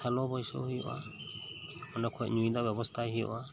ᱥᱮᱞᱳ ᱵᱟᱹᱭᱥᱟᱣ ᱦᱩᱭᱩᱜᱼᱟ ᱚᱰᱮ ᱠᱷᱚᱡ ᱧᱩᱭ ᱫᱟᱜ ᱵᱮᱵᱚᱥᱛᱟᱭ ᱦᱩᱭᱩᱜᱼᱟ